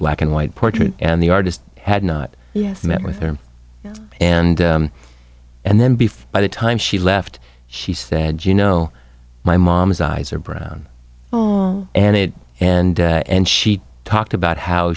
black and white portrait and the artist had not yet met with her and and then beef by the time she left she said you know my mom's eyes are brown and it and and she talked about how